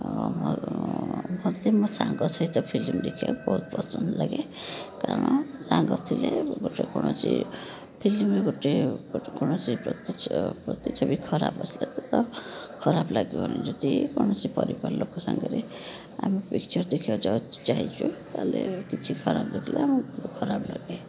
ଆଉ ମୋର ମୋତେ ମୋ ସାଙ୍ଗ ସହିତ ଫିଲ୍ମ ଦେଖିବାକୁ ବହୁତ ପସନ୍ଦ ଲାଗେ କାରଣ ସାଙ୍ଗ ଥିଲେ ଗୋଟେ କୌଣସି ଫିଲ୍ମରେ ଗୋଟେ ଗୋଟେ କୌଣସି ପ୍ରତିଛବି ଖରାପ ଆସିଲା ତ ତାହା ଖରାପ ଲାଗିବନି ଯଦି କୌଣସି ପରିବାର ଲୋକ ସାଙ୍ଗରେ ଆମେ ପିକ୍ଚର୍ ଦେଖିବାକୁ ଯାଇଛୁ ତା'ହେଲେ କିଛି ଖରାପ ଦେଖିଲେ ଆମକୁ ଖରାପ ଲାଗେ